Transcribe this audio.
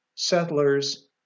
settlers